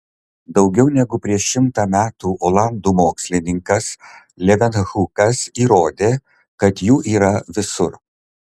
daugiau negu prieš šimtą metų olandų mokslininkas levenhukas įrodė kad jų yra visur